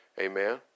Amen